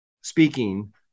speaking